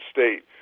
State